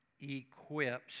equips